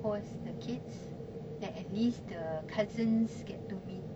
host the kids then at least the cousins get to meet